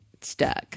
stuck